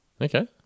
Okay